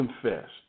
confessed